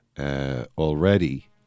already